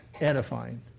edifying